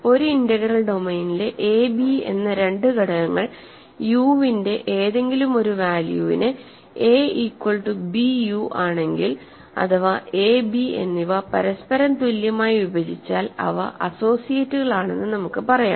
ഒരു ഇന്റഗ്രൽ ഡൊമെയ്നിലെ a b എന്ന രണ്ട് ഘടകങ്ങൾ u വിന്റെ ഏതെങ്കിലും ഒരു വാല്യൂവിന് a ഈക്വൽ ടു bu ആണെങ്കിൽ അഥവാ എ ബി എന്നിവ പരസ്പരം തുല്യമായി വിഭജിച്ചാൽ അവ അസോസിയേറ്റുകളാണെന്ന് നമുക്ക് പറയാം